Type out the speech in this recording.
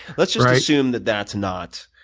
let's just assume that that's not